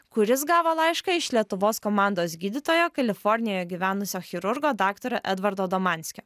kuris gavo laišką iš lietuvos komandos gydytojo kalifornijoje gyvenusio chirurgo daktaro edvardo damanskio